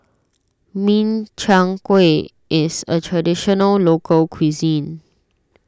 Min Chiang Kueh is a Traditional Local Cuisine